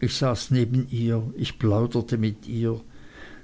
ich saß neben ihr ich plauderte mit ihr